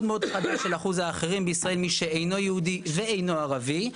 נו, אני שואל אותך, נו בחייך.